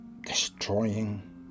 destroying